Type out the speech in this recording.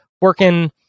working